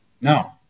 No